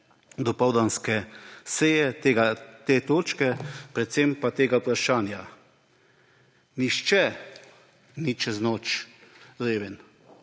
dopoldanske seje, te točke, predvsem pa tega vprašanja. Nihče ni čez noč reven.